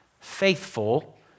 faithful